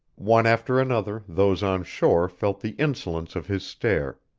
one after another those on shore felt the insolence of his stare,